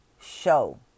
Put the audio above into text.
show